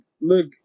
look